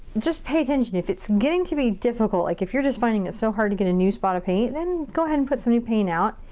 just pay attention. if it's getting to be difficult, like you're just finding it so hard to get a new spot of paint, then go ahead and put some new paint out.